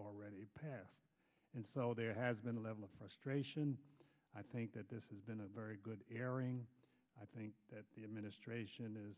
already passed and so there has been a level of frustration i think that this has been a very good airing i think that the administration is